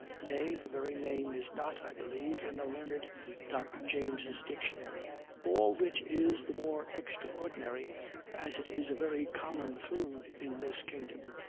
nay, the very name is not, i believe, in the learned dr. james's dictionary all which is the more extraordinary as it is a very common food in this kingdom,